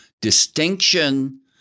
distinction